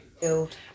build